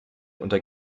unter